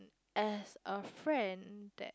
as a friend that